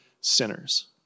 sinners